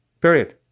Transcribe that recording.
Period